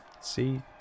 see